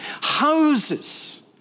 houses